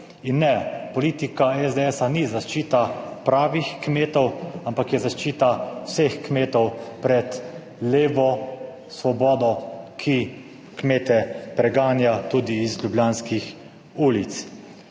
In ne, politika SDS ni zaščita pravih kmetov, ampak je zaščita vseh kmetov pred levo svobodo, ki kmete preganja tudi iz ljubljanskih ulic.